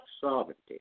sovereignty